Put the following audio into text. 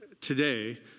today